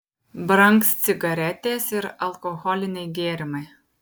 brangs cigaretės ir alkoholiniai gėrimai